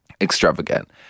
extravagant